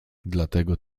dlatego